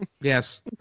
Yes